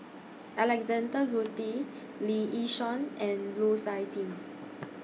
Alexander Guthrie Lee Yi Shyan and Lu Suitin